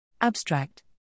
Abstract